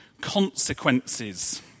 consequences